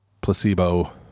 placebo